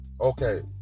Okay